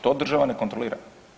To država ne kontrolira.